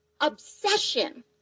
obsession